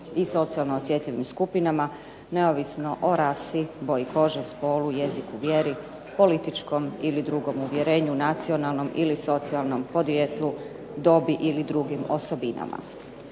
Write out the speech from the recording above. i socijalno osjetljivim skupinama neovisno o rasi, boji kože, spolu, jeziku, vjeri, političkom ili drugom uvjerenju, nacionalnom ili socijalnom podrijetlu, dobi ili drugim osobinama.